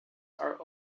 are